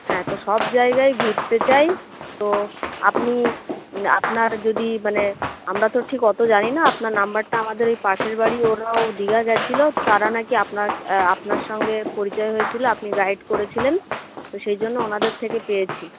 হ্যাঁ তো সব জায়গায় ঘুরতে চাই তো আপনি আপনার যদি মানে আমরা তো ঠিক অত জানি না আপনার নাম্বারটা আমাদের ওই পাশের বাড়ি ওরাও দীঘা গেছিল তারা নাকি আপনার আপনার সঙ্গে পরিচয় হয়েছিল আপনি গাইড করেছিলেন তো সেই জন্য ওনাদের থেকে পেয়েছি